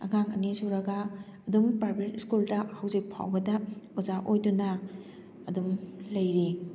ꯑꯉꯥꯡ ꯑꯅꯤ ꯁꯨꯔꯒ ꯑꯗꯨꯝ ꯄ꯭ꯔꯥꯏꯕꯦꯠ ꯁ꯭ꯀꯨꯜꯗ ꯍꯧꯖꯤꯛ ꯐꯥꯎꯕꯗ ꯑꯣꯖꯥ ꯑꯣꯏꯗꯨꯅ ꯑꯗꯨꯝ ꯂꯩꯔꯤ